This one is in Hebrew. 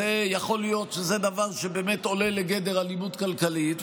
יכול להיות שזה דבר שבאמת עולה לגדר אלימות כלכלית.